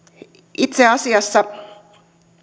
itse asiassa